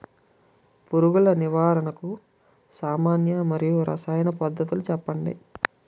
పురుగుల నివారణకు సామాన్య మరియు రసాయన పద్దతులను చెప్పండి?